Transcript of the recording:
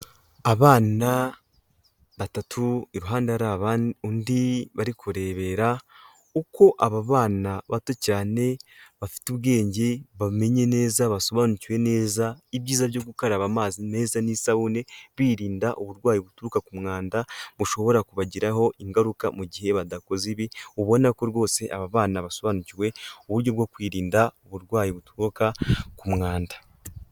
Abana batatu iruhande hari undi bari kurebera, uko aba bana bato cyane bafite ubwenge, bamenye neza, basobanukiwe neza ibyiza byo gukaraba amazi meza n'isabune birinda uburwayi buturuka ku mwanda, bushobora kubagiraho ingaruka mu gihe badakoze ibi, ubona ko rwose aba bana basobanukiwe uburyo bwo kwirinda uburwayi buturuka ku mwanda.